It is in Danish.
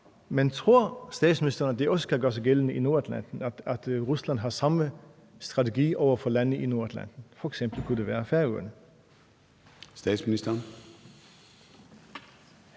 men tror statsministeren, at det også kan gøre sig gældende i Nordatlanten, og at Rusland har samme strategi over for lande i Nordatlanten? Det kunne f.eks. være Færøerne.